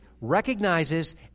recognizes